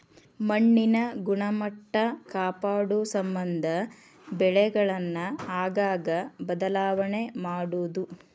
ಮಣ್ಣಿನ ಗುಣಮಟ್ಟಾ ಕಾಪಾಡುಸಮಂದ ಬೆಳೆಗಳನ್ನ ಆಗಾಗ ಬದಲಾವಣೆ ಮಾಡುದು